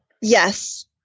Yes